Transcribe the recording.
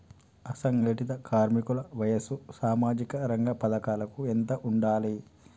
అసంఘటిత కార్మికుల వయసు సామాజిక రంగ పథకాలకు ఎంత ఉండాలే?